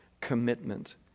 commitment